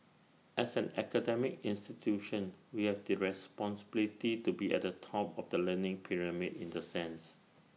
as an academic institution we have the responsibility to be at the top of the learning pyramid in the sense